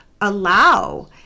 allow